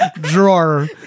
Drawer